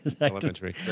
Elementary